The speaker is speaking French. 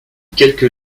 quelques